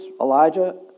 Elijah